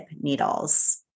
needles